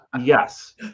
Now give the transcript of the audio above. yes